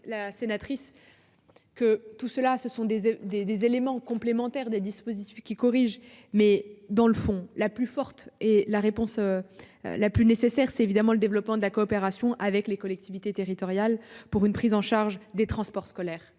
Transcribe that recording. la sénatrice. Que tout cela ce sont des des des éléments complémentaires des dispositifs qui corrigent mais dans le fond la plus forte et la réponse. La plus nécessaire, c'est évidemment le développement de la coopération avec les collectivités territoriales pour une prise en charge des transports scolaires,